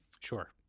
Sure